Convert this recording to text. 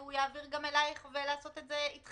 והוא יעביר גם אלייך כדי לעשות את זה אתכם.